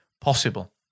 possible